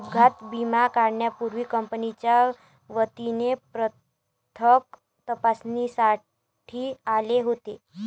अपघात विमा काढण्यापूर्वी कंपनीच्या वतीने पथक तपासणीसाठी आले होते